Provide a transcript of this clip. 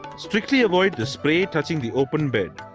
strictly avoid the spray touching the open bed.